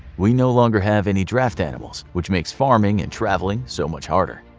we no longer have any draft animals, which makes farming and traveling so much harder.